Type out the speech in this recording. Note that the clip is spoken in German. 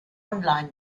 online